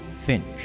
Finch